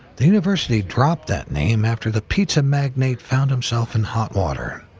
the university dropped that name after the pizza magnate found himself in hot water,